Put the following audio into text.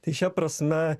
tai šia prasme